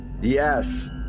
Yes